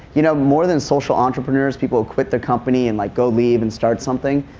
you know, more than social entrepreneurs, people quit the company and like go leave and start something,